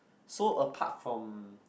so apart from